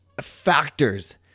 factors